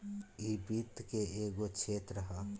इ वित्त के एगो क्षेत्र ह